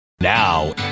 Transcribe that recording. Now